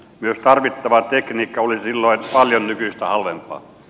myös tarvittava tekniikka olisi silloin paljon nykyistä halvempaa